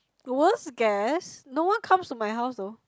the worst guest no one comes to my house though